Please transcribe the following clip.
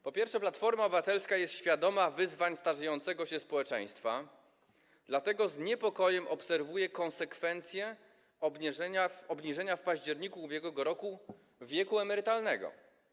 Po pierwsze, Platforma Obywatelska jest świadoma wyzwań starzejącego się społeczeństwa, dlatego z niepokojem obserwuje konsekwencje obniżenia w październiku ub.r. wieku emerytalnego.